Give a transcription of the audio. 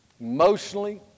emotionally